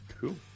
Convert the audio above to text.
Cool